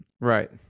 Right